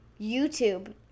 YouTube